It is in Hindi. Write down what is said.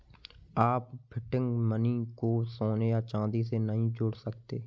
आप फिएट मनी को सोने या चांदी से नहीं जोड़ सकते